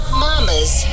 mama's